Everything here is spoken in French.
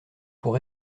pour